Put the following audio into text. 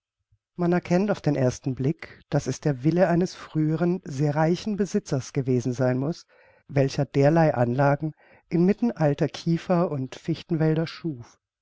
man erkennt auf den ersten blick daß es der wille eines früheren sehr reichen besitzers gewesen sein muß welcher derlei anlagen inmitten alter kiefer und fichten wälder schuf